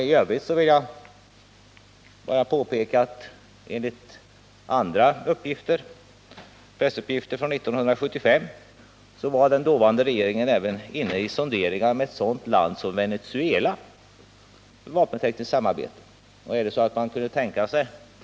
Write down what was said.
I övrigt vill jag gärna påpeka att enligt pressuppgifter från 1975 var den dåvarande regeringen även inne på sonderingar om ett vapentekniskt samarbete med ett sådant land som Venezuela.